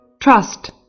Trust